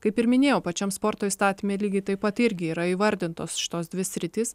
kaip ir minėjau pačiam sporto įstatyme lygiai taip pat irgi yra įvardintos šitos dvi sritys